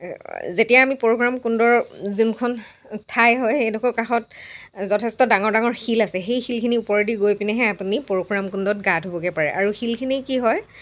যেতিয়া আমি পৰশুৰাম কুণ্ডৰ যোনখন ঠাই হয় সেইডোখৰ কাষত যথেষ্ট ডাঙৰ ডাঙৰ শিল আছে সেই শিলখিনিৰ ওপৰেদি গৈ পিনেহে আপুনি পৰশুৰাম কুণ্ডত গা ধুবগৈ পাৰে আৰু শিলখিনি কি হয়